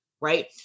Right